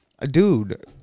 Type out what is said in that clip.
Dude